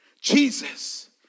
Jesus